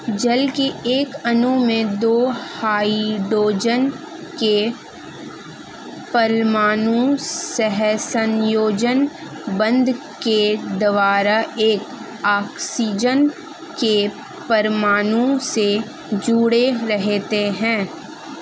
जल के एक अणु में दो हाइड्रोजन के परमाणु सहसंयोजक बंध के द्वारा एक ऑक्सीजन के परमाणु से जुडे़ रहते हैं